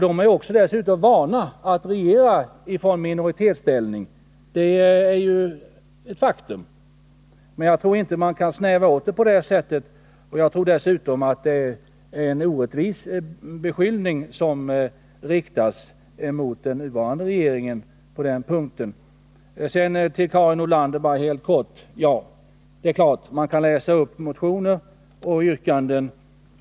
De är dessutom vana att regera från minoritetsställning. Men jag tror inte att man kan snäva åt resonemanget på det sättet, och jag tycker dessutom att Hans Gustafsson på den punkten riktar en orättvis beskyllning mot den nuvarande regeringen. Till Karin Nordlander vill jag säga helt kort: Det är klart att man kan läsa upp motioner och yrkanden.